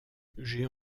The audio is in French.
j’ai